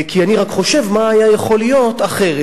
כי אני רק חושב מה היה יכול להיות אחרת,